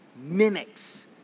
mimics